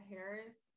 Harris